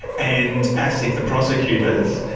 and asic, the prosecutors,